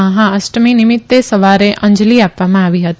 મહા અષ્ટમી નિમિત્તે સવારે અંજલી આપવામાં આવી હતી